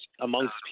amongst